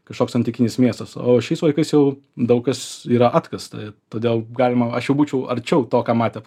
kažkoks antikinis miestas o šiais laikais jau daug kas yra atkasta todėl galima aš jau būčiau arčiau to ką matė